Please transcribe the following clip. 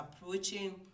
approaching